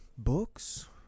Books